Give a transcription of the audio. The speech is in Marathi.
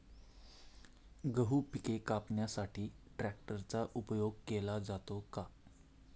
गहू पिके कापण्यासाठी ट्रॅक्टरचा उपयोग केला जातो का?